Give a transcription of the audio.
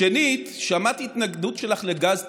שנית, שמעתי התנגדות שלך לגז טבעי,